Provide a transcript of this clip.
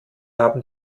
haben